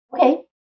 Okay